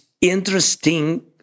interesting